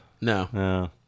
No